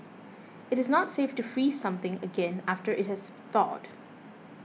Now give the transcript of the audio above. it is not safe to freeze something again after it has thawed